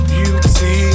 Beauty